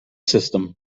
system